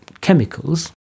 chemicals